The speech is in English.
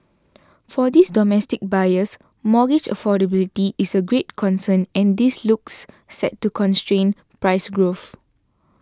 for these domestic buyers mortgage affordability is a greater concern and this looks set to constrain price growth